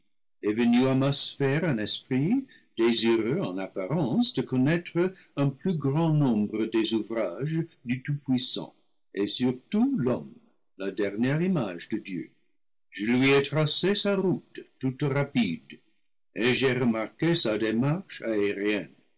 est venu à ma sphère un esprit désireux en apparence de connaître un plus grand nombre des ou vrages du tout-puissant et surtout l'homme la dernière image de dieu je lui ai tracé sa route toute rapide et j'ai remarqué sa démarche aérienne